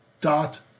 dot